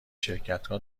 شرکتها